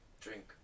drink